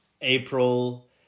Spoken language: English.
April